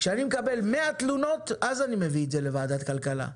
שאני מקבל מאה תלונות אז אני מביא את זה לוועדת כלכלה,